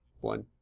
One